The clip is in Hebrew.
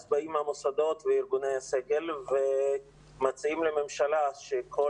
אז באים המוסדות וארגוני הסגל ומציעים לממשלה שכל